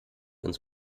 uns